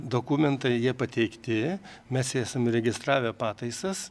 dokumentai jie pateikti mes ėsam įregistravę pataisas